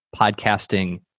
podcasting